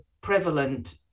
prevalent